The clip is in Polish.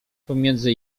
pomiędzy